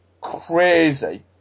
crazy